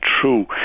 true